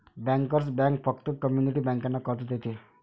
bankers bank फक्त community बँकांना कर्ज देते